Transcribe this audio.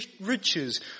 riches